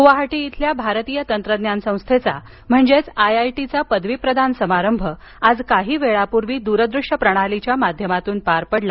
गुवाहाटी इथल्या भारतीय तंत्रज्ञान संस्थेचा म्हणजेच आयआयटीचा पदवी प्रदान समारंभ आज काही वेळापूर्वी द्रदृश्य प्रणालीच्या माध्यमातून पार पडला